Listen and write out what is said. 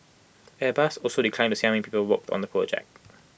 airbus also declined to say how many people work on the project